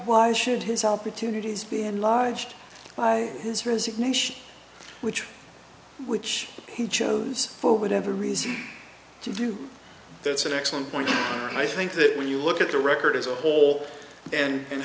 why should his opportunities be enlarged by his resignation which which he chose for whatever reason to do that's an excellent point and i think that when you look at the record as a whole and